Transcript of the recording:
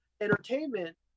entertainment